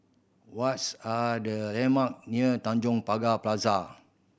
what's are the landmark near Tanjong Pagar Plaza